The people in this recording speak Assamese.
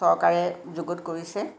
চৰকাৰে যুগুত কৰিছে